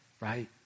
right